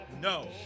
No